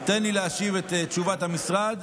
תן לי להשיב את תשובת המשרד,